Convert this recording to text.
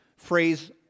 Phrase